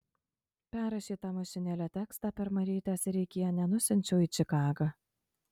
perrašytą mašinėle tekstą per marytę sereikienę nusiunčiau į čikagą